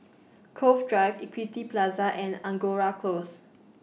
Cove Drive Equity Plaza and Angora Close